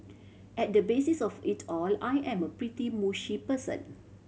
at the basis of it all I am a pretty mushy person